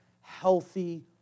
healthy